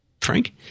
Frank